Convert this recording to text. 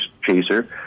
Chaser